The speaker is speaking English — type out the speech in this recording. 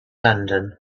london